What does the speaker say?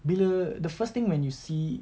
bila the first thing when you see